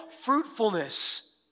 fruitfulness